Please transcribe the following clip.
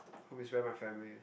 home is where my family